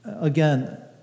again